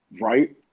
right